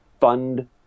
fund